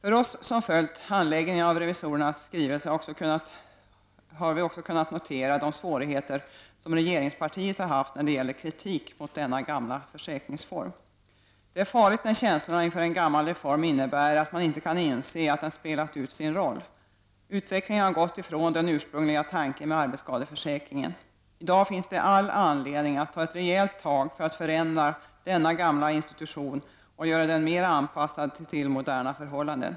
Vi som följt handläggningen av revisorernas skrivelse har också kunnat notera de svårigheter som regeringspartiet har haft när det gäller kritik mot denna gamla försäkringsform. Det är farligt när känslorna inför en gammal reform innebär att man inte kan inse att den spelat ut sin roll. Utvecklingen har gått ifrån den ursprungliga tanken med arbetsskadeförsäkringen. I dag finns det all anledning att ta ett rejält tag för att förändra denna gamla institution och göra den mer anpassad till moderna förhållanden.